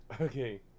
Okay